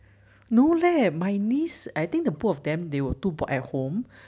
no leh my niece I think the both of them they were too bored at home